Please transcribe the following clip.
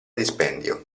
dispendio